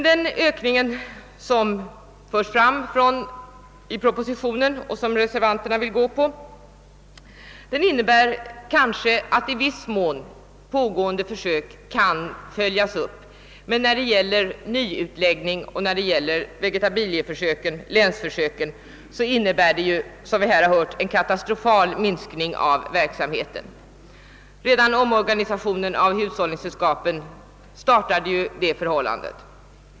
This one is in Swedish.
Den ökning som föreslås i propositionen och som reservanterna ansluter sig till innebär kanske, att i viss mån pågående försök kan följas upp, men när det gäller nyutläggning och när det gäl ler vegetabilieförsöken — som sker länsvis — innebär förslaget, såsom vi här har hört, en katastrofal minskning av verksamheten. Redan omorganisationen av hushållningssällskapen medförde att så blev förhållandet.